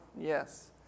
yes